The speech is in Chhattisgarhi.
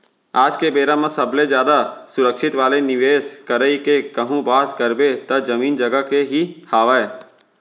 आज के बेरा म सबले जादा सुरक्छित वाले निवेस करई के कहूँ बात करबे त जमीन जघा के ही हावय